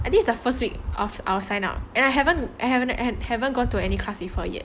and this is the first week of our sign up and I haven't I haven't I haven't gone to any class before yet